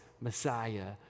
Messiah